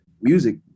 music